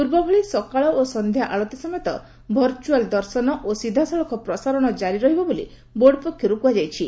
ପୂର୍ବଭଳି ସକାଳ ଓ ସନ୍ଧ୍ୟା ଆଳତୀ ସମେତ ଭର୍ଚ୍ଚଆଲ୍ ଦର୍ଶନ ଓ ସିଧାସଳଖ ପ୍ରସାରଣ ଜାରି ରହିବ ବୋଲି ବୋର୍ଡ ପକ୍ଷରୁ କୁହାଯାଇଛି